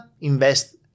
invest